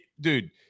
Dude